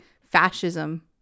fascism